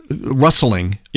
rustling